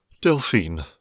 Delphine